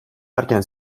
erken